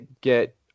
get